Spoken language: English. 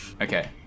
okay